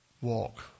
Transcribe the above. walk